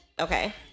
Okay